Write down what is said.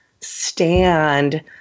stand